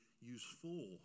useful